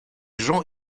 jean